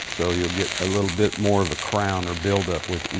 so you'll get a little bit more of a crown or build-up with